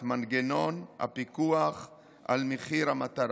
את מנגנון הפיקוח על מחיר המטרה,